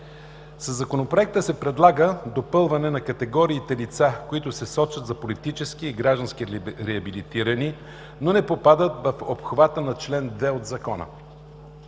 Със Законопроекта се предлага допълване на категориите лица, които се считат за политически и граждански реабилитирани, но не попадат в обхвата на чл. 2 от Закона.